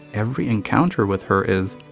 every encounter with her is,